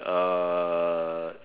uh